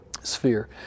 sphere